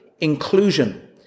Inclusion